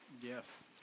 Yes